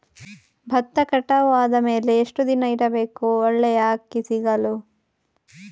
ಭತ್ತ ಕಟಾವು ಆದಮೇಲೆ ಎಷ್ಟು ದಿನ ಇಡಬೇಕು ಒಳ್ಳೆಯ ಅಕ್ಕಿ ಸಿಗಲು?